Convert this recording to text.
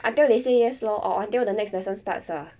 until they say yes lor or until the next lesson starts ah